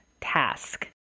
task